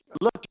Look